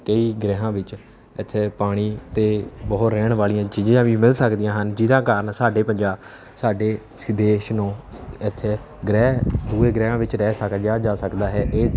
ਕਈ ਗ੍ਰਹਿਆਂ ਵਿੱਚ ਇੱਥੇ ਪਾਣੀ ਅਤੇ ਬਹੁਤ ਰਹਿਣ ਵਾਲੀਆਂ ਚੀਜ਼ਾਂ ਵੀ ਮਿਲ ਸਕਦੀਆਂ ਹਨ ਜਿਹਨਾਂ ਕਾਰਨ ਸਾਡੇ ਪੰਜਾਬ ਸਾਡੇ ਦੇਸ਼ ਨੂੰ ਇੱਥੇ ਗ੍ਰਹਿ ਪੂਰੇ ਗ੍ਰਹਿਆਂ ਵਿੱਚ ਰਹਿ ਸਕਿਆ ਰਿਹਾ ਜਾ ਸਕਦਾ ਹੈ ਇਹ